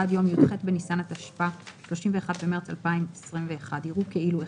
עד יום י"ח בניסן התשפ"א (31 במרס 2021) יראו כאילו,